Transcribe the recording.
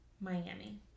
Miami